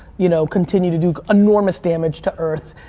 you know, continue to do enormous damage to earth,